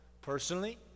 personally